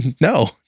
no